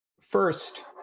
First